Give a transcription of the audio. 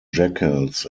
jackals